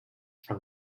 from